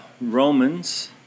Romans